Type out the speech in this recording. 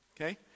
okay